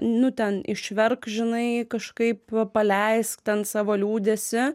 nu ten išverk žinai kažkaip paleisk ten savo liūdesį